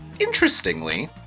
interestingly